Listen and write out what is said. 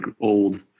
old